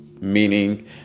meaning